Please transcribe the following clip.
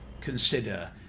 consider